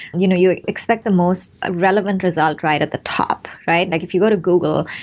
you know you expect the most ah relevant result right at the top, right? like if you go to google,